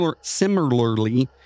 Similarly